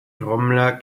trommler